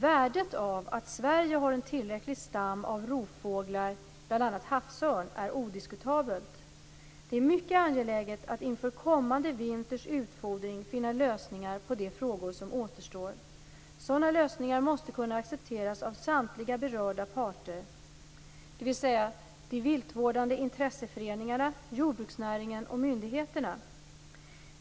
Värdet av att Sverige har en tillräcklig stam av rovfåglar, bl.a. havsörn, är odiskutabelt. Det är mycket angeläget att inför kommande vinters utfodring finna lösningar på de frågor som återstår. Sådana lösningar måste kunna accepteras av samtliga berörda parter, dvs. de viltvårdande intresseföreningarna, jordbruksnäringen och myndigheterna.